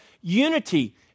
unity